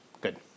good